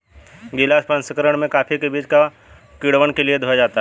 गीला प्रसंकरण में कॉफी के बीज को किण्वन के लिए धोया जाता है